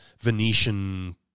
Venetian